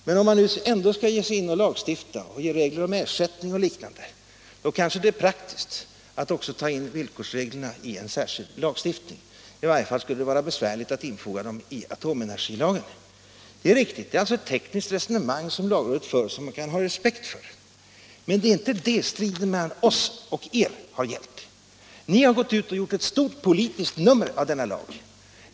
Men om man nu ändå skall ge sig in och lagstifta och ge regler om ersättning och liknande kanske det är praktiskt att också ta in villkorsreglerna i en särskild lagstiftning. I varje fall skulle det vara besvärligt att infoga dem i atomenergilagen. Det är riktigt. Det är alltså ett tekniskt resonemang som lagrådet för och som man kan ha respekt för. Men det är inte det striden mellan oss och er har gällt. Ni har gått ut och gjort ett stort politiskt nummer av denna lag.